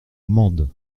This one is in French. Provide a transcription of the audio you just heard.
mende